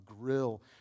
grill